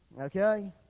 Okay